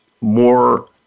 more